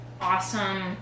awesome